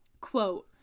quote